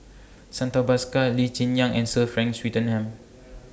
Santha Bhaskar Lee Cheng Yan and Sir Frank Swettenham